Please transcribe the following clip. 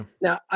Now